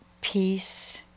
peace